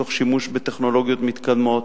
תוך שימוש בטכנולוגיות מתקדמות,